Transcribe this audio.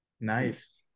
Nice